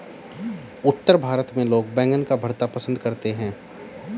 उत्तर भारत में लोग बैंगन का भरता पंसद करते हैं